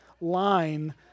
Line